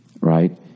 right